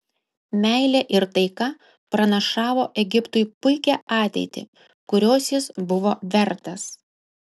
meilė ir taika pranašavo egiptui puikią ateitį kurios jis buvo vertas